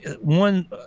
One